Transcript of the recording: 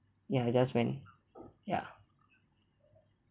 ya I just went ya